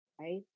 right